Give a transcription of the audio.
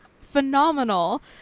phenomenal